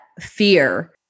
fear